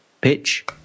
pitch